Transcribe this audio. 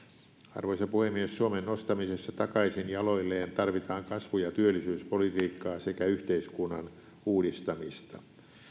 arvoisa puhemies suomen nostamisessa takaisin jaloilleen tarvitaan kasvu ja työllisyyspolitiikkaa sekä yhteiskunnan uudistamista